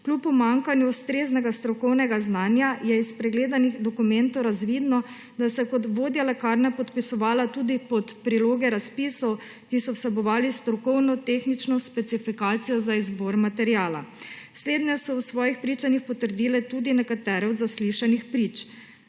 Kljub pomanjkanju ustreznega strokovnega znanja je iz pregledanih dokumentov razvidno, da se je kot vodja lekarne podpisovala tudi pod priloge razpisov, ki so vsebovali strokovno-tehnično specifikacijo za izbor materiala. Slednje se v svojih pričanjih potrdile tudi nekatere od zaslišanih prič.